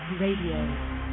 Radio